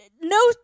no